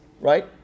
right